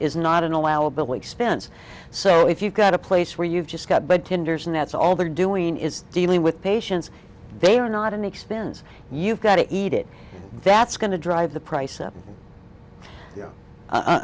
is not an allowable expense so if you've got a place where you've just got but tenders and that's all they're doing is dealing with patients they are not an expense you've got to eat it that's going to drive the price